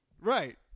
right